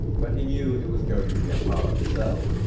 but he knew it was going to be a hard sell